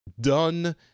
done